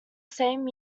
same